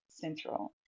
Central